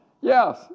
Yes